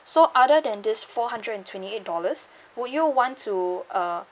so other than these four hundred and twenty eight dollars would you want to uh